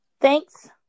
Thanks